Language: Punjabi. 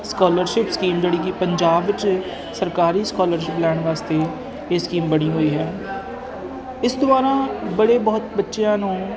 ਸਕਾਲਰਸ਼ਿਪ ਸਕੀਮ ਜਿਹੜੀ ਕਿ ਪੰਜਾਬ ਵਿੱਚ ਸਰਕਾਰੀ ਸਕਾਲਰਸ਼ਿਪ ਲੈਣ ਵਾਸਤੇ ਇਹ ਸਕੀਮ ਬਣੀ ਹੋਈ ਹੈ ਇਸ ਦੁਆਰਾ ਬੜੇ ਬਹੁਤ ਬੱਚਿਆਂ ਨੂੰ